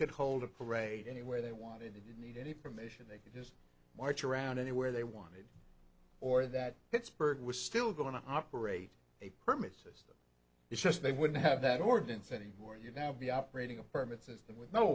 could hold a parade anywhere they wanted they didn't need any permission they could march around anywhere they wanted or that pittsburgh was still going to operate a permit system it's just they wouldn't have that ordinance anymore you now be operating a permit system with no